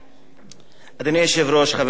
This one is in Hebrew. חברי חברי הכנסת,